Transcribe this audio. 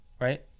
Right